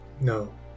No